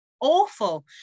awful